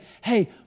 hey